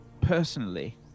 personally